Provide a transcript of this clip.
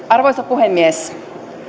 arvoisa puhemies